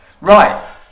right